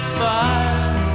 fire